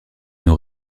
nous